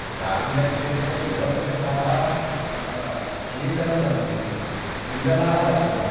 ग्रामीणक्षेत्रे युवकृषकाः केचन सन्ति विरलाः एव